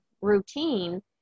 routine